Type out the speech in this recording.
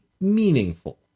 meaningful